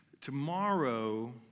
Tomorrow